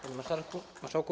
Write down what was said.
Panie Marszałku!